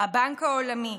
הבנק העולמי,